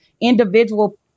individual